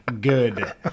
good